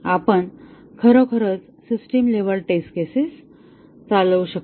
आपण खरोखरच system level test cases चालवू शकत नाही